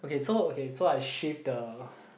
okay so okay so I shift the